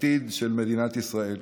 העתיד של מדינת ישראל.